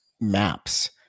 maps